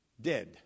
dead